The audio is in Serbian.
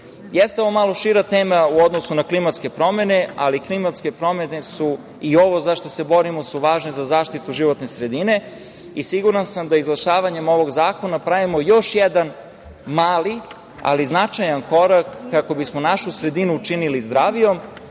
otpad. Jeste ovo malo šira tema u odnosu na klimatske promene, ali klimatske promene su i ovo za šta se borimo, su važne za zaštitu životne sredine. Siguran sam da izglasavanjem ovog zakona pravimo još jedan mali, ali značajan korak kako bismo našu sredinu učinili zdravijom,